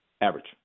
Average